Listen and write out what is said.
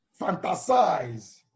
fantasize